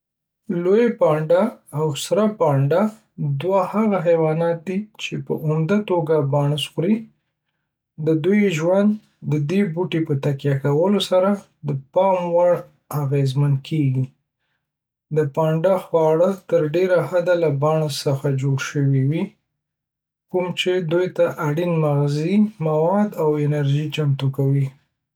لوی پانډا او سره پانډا دوه هغه حیوانات دي چې په عمده توګه بانس خوري. د دوی ژوند د دې بوټي په تکیه کولو سره د پام وړ اغیزمن کیږي. د پانډا خواړه تر ډیره حده له بانس څخه جوړ شوي دي، کوم چې دوی ته اړین مغذي مواد او انرژي چمتو کوي.